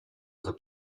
other